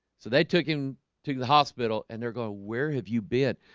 so they took him to the hospital and they're going where have you been?